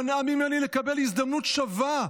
מנעה ממני לקבל הזדמנות שווה.